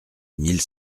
mille